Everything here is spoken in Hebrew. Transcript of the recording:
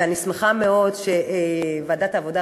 ואני שמחה מאוד שוועדת העבודה,